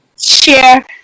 share